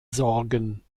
sorgen